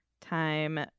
Time